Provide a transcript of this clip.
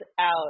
out